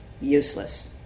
useless